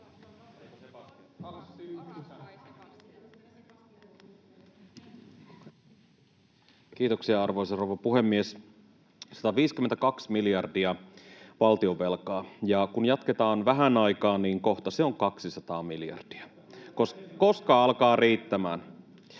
Kiitoksia, arvoisa rouva puhemies! 152 miljardia valtionvelkaa, ja kun jatketaan vähän aikaa, niin kohta se on 200 miljardia. [Vasemmalta: Siltä